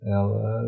ela